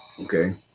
Okay